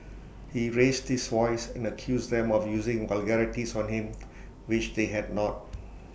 he raised his voice and accused them of using vulgarities on him which they had not